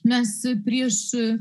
mes prieš